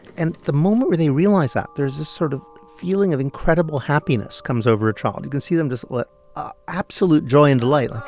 and the moment where they realize that, there's this sort of feeling of incredible happiness comes over a child. you can see them just ah absolute joy and delight. like.